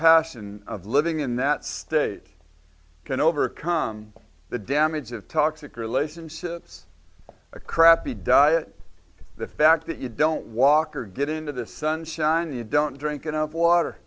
passion of living in that state can overcome the damage of toxic relationships a crappy diet the fact that you don't walk or get into the sunshine you don't drink enough water